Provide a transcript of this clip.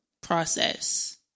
process